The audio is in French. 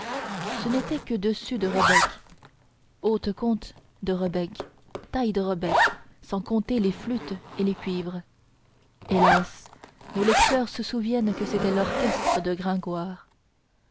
ce n'étaient que dessus de rebec hautes contre de rebec tailles de rebec sans compter les flûtes et les cuivres hélas nos lecteurs se souviennent que c'était l'orchestre de gringoire